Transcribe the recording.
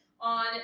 on